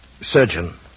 surgeon